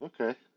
okay